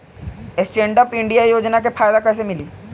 Stand up India योजना के फायदा कैसे मिली?